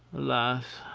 alas!